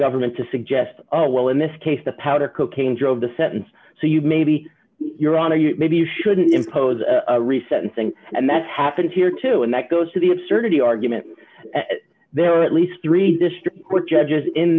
government to suggest oh well in this case the powder cocaine drove the sentence so you maybe you're on a you maybe you shouldn't impose a recent thing and that's happened here too and that goes to the absurdity argument there are at least three district court judges in